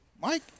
mike